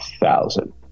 thousand